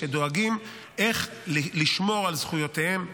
שדואגים איך לשמור על זכויותיהם,